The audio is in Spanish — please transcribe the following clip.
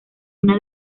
una